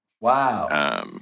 wow